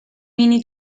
mini